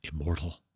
immortal